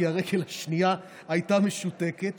כי הרגל שנייה הייתה משותקת,